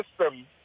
system